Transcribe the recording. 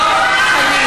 גרמן,